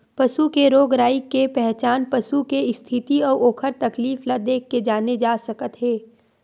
पसू के रोग राई के पहचान पसू के इस्थिति अउ ओखर तकलीफ ल देखके जाने जा सकत हे